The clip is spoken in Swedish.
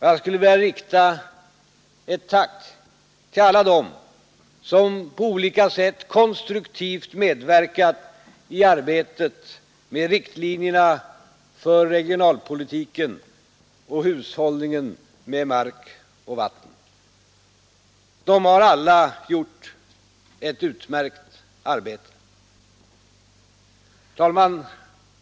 Jag skulle vilja rikta ett tack till alla dem som på olika sätt konstruktivt medverkat i arbetet med riktlinjerna för regionalpolitiken och hushållningen med mark och vatten. De har alla gjort ett utmärkt arbete. Herr talman!